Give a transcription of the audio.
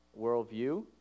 worldview